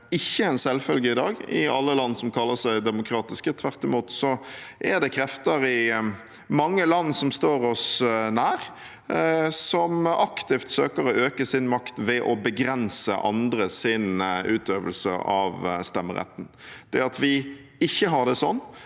ikke en selvfølge i dag i alle land som kaller seg demokratiske. Tvert imot er det krefter i mange land som står oss nær, som aktivt søker å øke sin makt ved å begrense andres utøvelse av stemmeretten. Det at vi ikke har det sånn,